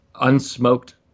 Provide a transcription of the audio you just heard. unsmoked